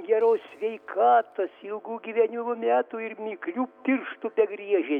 geros sveikatos ilgų gyvenimo metų ir miklių pirštų begriežė